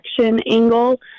angle